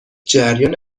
جریان